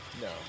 No